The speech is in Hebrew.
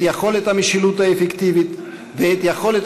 את יכולת המשילות האפקטיבית ואת יכולת